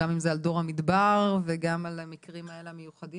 גם אם זה על דור המדבר וגם על המקרים האלה המיוחדים,